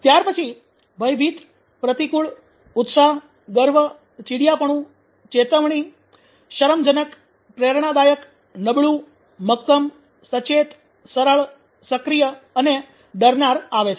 ત્યાર પછી ભયભીત પ્રતિકૂળ ઉત્સાહ ગર્વ ચીડિયાપણું ચેતવણી શરમજનક પ્રેરણાદાયક નબળું મક્કમ સચેત સરળ સક્રિય અને ડરનાર આવે છે